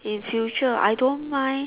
in future I don't mind